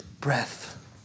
breath